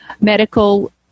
medical